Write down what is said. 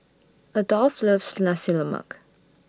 Adolph loves Nasi Lemak